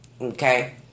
okay